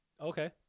okay